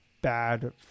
bad